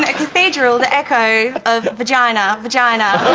ah cathedral the echo of vagina vagina,